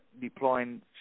deploying